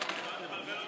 אדוני היושב-ראש,